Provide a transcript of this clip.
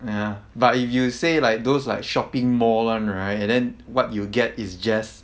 ya but if you say like those like shopping mall [one] right and then what you get is just